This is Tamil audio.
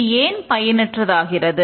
இது ஏன் பயனற்றதாகிறது